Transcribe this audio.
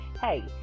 hey